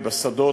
בשדות,